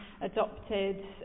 adopted